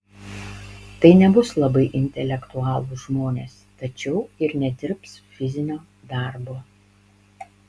tai nebus labai intelektualūs žmonės tačiau ir nedirbs fizinio darbo